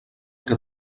que